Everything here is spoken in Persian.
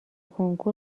کنکور